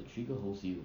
the trigger holds you